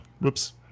Whoops